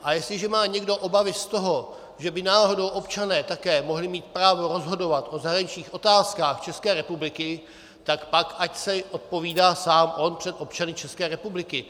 A jestliže má někdo obavy z toho, že by náhodou občané také mohli mít právo rozhodovat o zahraničních otázkách České republiky, tak pak ať si odpovídá sám on před občany České republiky.